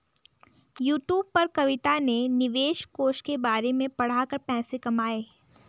YouTube पर कविता ने निवेश कोष के बारे में पढ़ा कर पैसे कमाए